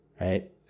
right